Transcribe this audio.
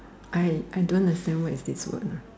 I I don't understand what is this word uh